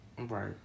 right